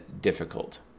difficult